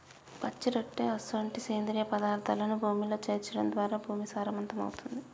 పచ్చిరొట్ట అసొంటి సేంద్రియ పదార్థాలను భూమిలో సేర్చడం ద్వారా భూమి సారవంతమవుతుంది